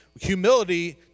humility